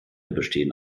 bestehen